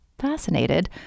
fascinated